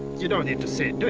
you don't need to see it do